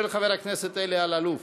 של חבר הכנסת אלי אלאלוף.